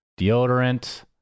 deodorant